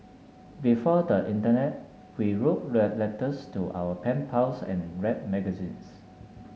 before the internet we wrote letters to our pen pals and read magazines